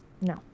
No